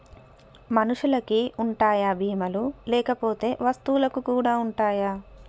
మనుషులకి ఉంటాయా బీమా లు లేకపోతే వస్తువులకు కూడా ఉంటయా?